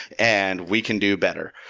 and we can do better.